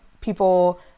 people